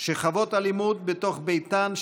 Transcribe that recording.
שחוות אלימות בתוך ביתן שלהן,